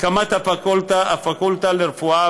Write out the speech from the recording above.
הקמת הפקולטה לרפואה